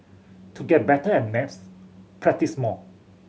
to get better at maths practise more